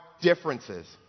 differences